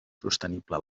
sostenible